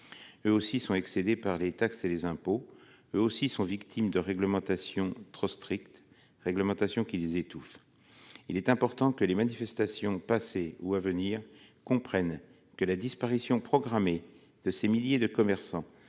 Eux aussi sont excédés par les taxes et les impôts. Eux aussi sont victimes de réglementations trop strictes qui les étouffent. Il est important que les participants aux manifestations passées ou à venir comprennent que la disparition programmée de ces milliers de commerçants